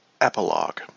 Epilogue